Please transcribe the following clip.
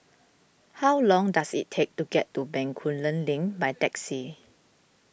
how long does it take to get to Bencoolen Link by taxi